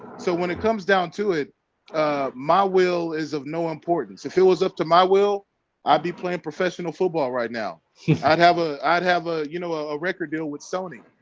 so when it comes down to it my will is of no importance if it was up to my will i'd be playing professional football right now i'd have a i'd have a you know a record deal with sony,